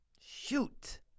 shoot